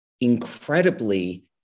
incredibly